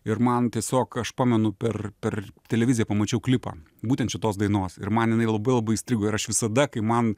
ir man tiesiog aš pamenu per per televiziją pamačiau klipą būtent šitos dainos ir man jinai labai labai įstrigo ir aš visada kai man